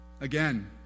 Again